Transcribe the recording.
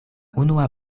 unua